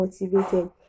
motivated